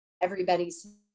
everybody's